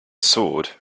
sword